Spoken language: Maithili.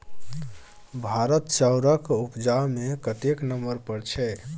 भारत चाउरक उपजा मे कतेक नंबर पर छै?